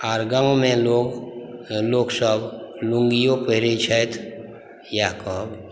आओर गाममे लोक लोकसब लुङ्गियो पहिरै छथि इएह कहब